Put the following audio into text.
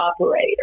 operator